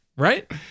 Right